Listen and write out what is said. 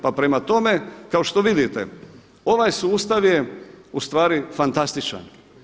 Pa prema tome, kao što vidite ovaj sustav je ustvari fantastičan.